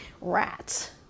rats